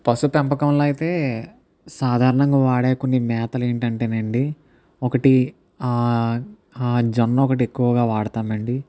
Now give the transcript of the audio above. పశుపెంపకంలో అయితే సాధారణంగా వాడే కొన్ని మేతలు ఏమిటంటే అండి ఒకటి జొన్న ఒకటి ఎక్కువగా వాడుతామండి